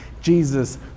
Jesus